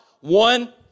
one